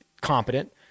competent